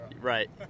Right